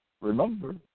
Remember